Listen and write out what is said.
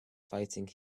fighting